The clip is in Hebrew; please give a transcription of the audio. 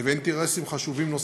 לבין אינטרסים חשובים אחרים.